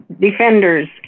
defenders